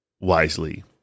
wisely